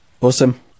Awesome